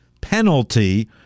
penalty